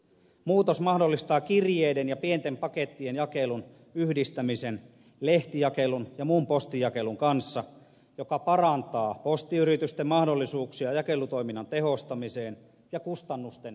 muutos mahdollistaa kirjeiden ja pienten pakettien jakelun yhdistämisen lehtijakelun ja muun postijakelun kanssa mikä parantaa postiyritysten mahdollisuuksia jakelutoiminnan tehostamiseen ja kustannusten hillintään